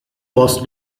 was